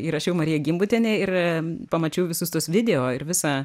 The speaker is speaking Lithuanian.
įrašiau marija gimbutienė ir pamačiau visus tuos video ir visą